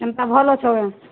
କେନ୍ତା ଭଲ ଅଛ କେଁ